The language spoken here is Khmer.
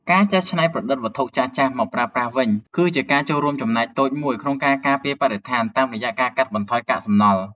ការចេះច្នៃប្រឌិតវត្ថុចាស់ៗមកប្រើប្រាស់វិញ គឺជាការរួមចំណែកតូចមួយក្នុងការការពារបរិស្ថានតាមរយៈការកាត់បន្ថយកាកសំណល់។